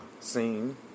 scene